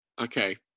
okay